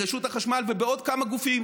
ברשות החשמל ובעוד כמה גופים.